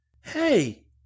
Hey